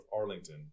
Arlington